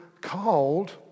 called